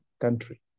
country